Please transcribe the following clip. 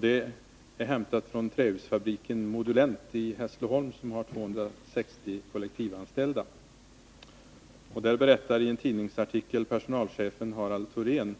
Det är hämtat från trähusfabriken Modulent i Hässleholm, som har 260 kollektivanställda. I en tidningsartikel berättar personalchefen Harald Thorén